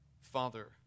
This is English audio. Father